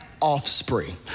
offspring